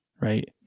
right